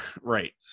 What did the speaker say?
Right